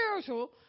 spiritual